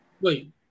Wait